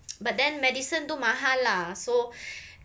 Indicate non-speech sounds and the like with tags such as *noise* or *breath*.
*noise* but then medicine tu mahal lah so *breath*